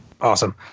Awesome